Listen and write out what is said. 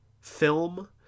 film